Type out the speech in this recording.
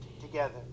together